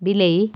ବିଲେଇ